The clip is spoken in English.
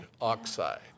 oxide